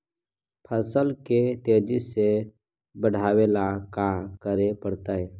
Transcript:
फसल के तेजी से बढ़ावेला का करे पड़तई?